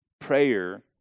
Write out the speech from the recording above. Prayer